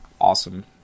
awesome